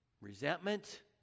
Resentment